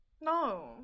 No